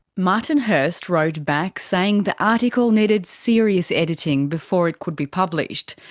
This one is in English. martin hirst wrote back saying the article needed serious editing before it could be published.